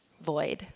void